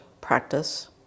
practice